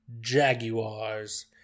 Jaguars